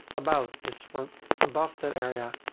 about is for above that area.